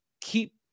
keep